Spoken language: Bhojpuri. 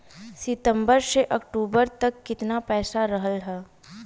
सितंबर से अक्टूबर तक कितना पैसा रहल ह?